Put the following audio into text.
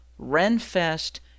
Renfest